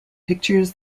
pictures